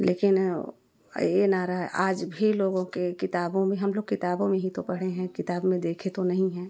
लेकिन ओ यह नारा आज भी लोगों के किताबों में हम लोग किताबों में ही तो पढ़े हैं किताब में देखे तो नहीं हैं